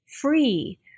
free